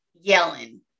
yelling